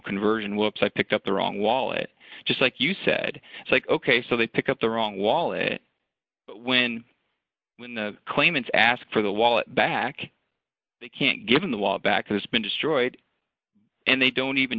conversion whoops i picked up the wrong wallet just like you said it's like ok so they pick up the wrong wallet when when the claimants ask for the wallet back they can't give him the wall back has been destroyed and they don't even